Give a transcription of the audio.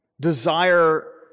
desire